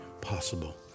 possible